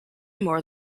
more